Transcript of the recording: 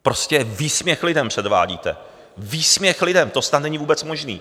Prostě výsměch lidem předvádíte, výsměch lidem, to snad není vůbec možné.